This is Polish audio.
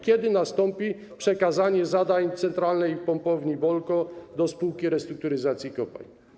Kiedy nastąpi przekazanie zadań Centralnej Pompowni Bolko Spółce Restrukturyzacji Kopalń?